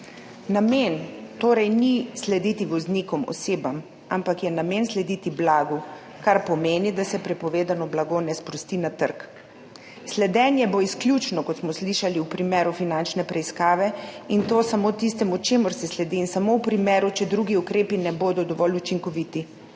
Namen torej ni slediti voznikom, osebam, ampak je namen slediti blagu, kar pomeni, da se prepovedano blago ne sprosti na trg. Sledenje bo izključno, kot smo slišali, v primeru finančne preiskave in to samo tistemu, čemur se sledi, in samo v primeru, če drugi ukrepi ne bodo dovolj učinkoviti.